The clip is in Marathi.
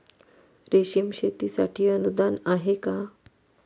रेशीम शेतीसाठी अनुदान आहे का?